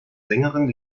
sängerin